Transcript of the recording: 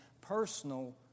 personal